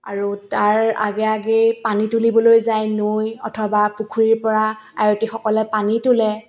আৰু তাৰ আগে আগেই পানী তুলিবলৈ যায় নৈ অথবা পুখুৰীৰ পৰা আয়তীসকলে পানী তুলে